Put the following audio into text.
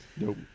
Nope